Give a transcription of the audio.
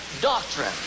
Doctrine